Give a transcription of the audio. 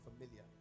familiar